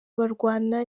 barwana